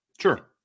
Sure